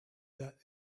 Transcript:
that